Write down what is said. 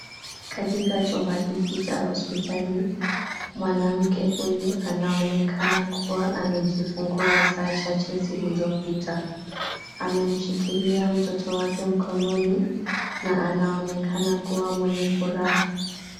Katika chumba hiki cha hospitali, mwanamke huyu anaonekana kuwa amejifungua saa chache zilizopita. Amemshikilia mtoto wake mkononi na anaonekana kuwa mwenye furaha.